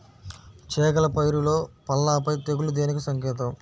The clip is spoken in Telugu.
చేగల పైరులో పల్లాపై తెగులు దేనికి సంకేతం?